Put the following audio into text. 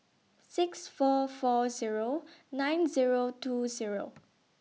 six four four Zero nine Zero two Zero